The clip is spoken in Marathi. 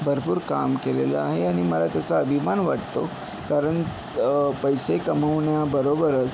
भरपूर काम केलेलं आहे आणि मला त्याचा अभिमान वाटतो कारण पैसे कमवण्याबरोबरच